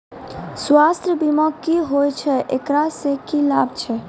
स्वास्थ्य बीमा की होय छै, एकरा से की लाभ छै?